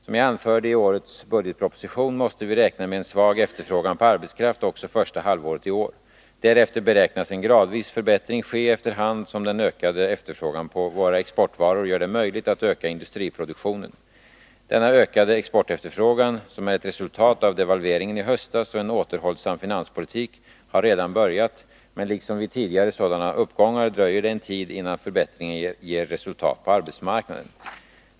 Som jag anförde i årets budgetproposition måste vi räkna med en svag efterfrågan på arbetskraft också första halvåret i år. Därefter beräknas en gradvis förbättring ske efter hand som den ökande efterfrågan på våra exportvaror gör det möjligt att öka industriproduktionen. Denna ökade exportefterfrågan, som är ett resultat av devalveringen i höstas och en återhållsam finanspolitik, har redan börjat, men liksom vid tidigare sådana uppgångar dröjer det en tid innan förbättringen ger resultat på arbetsmark naden.